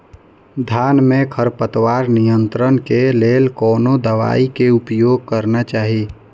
धान में खरपतवार नियंत्रण के लेल कोनो दवाई के उपयोग करना चाही?